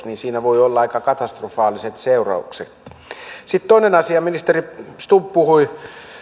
niin siinä voi olla aika katastrofaaliset seuraukset sitten toinen asia ministeri stubb puhui